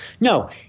No